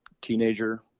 teenager